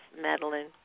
Madeline